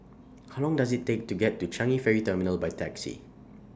How Long Does IT Take to get to Changi Ferry Terminal By Taxi